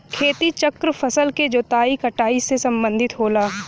खेती चक्र फसल के जोताई कटाई से सम्बंधित होला